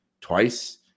twice